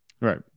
right